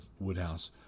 Woodhouse